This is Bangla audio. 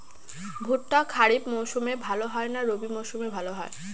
ভুট্টা খরিফ মৌসুমে ভাল হয় না রবি মৌসুমে ভাল হয়?